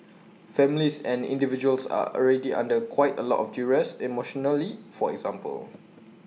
families and individuals are already under quite A lot of duress emotionally for example